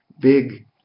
big